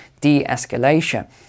de-escalation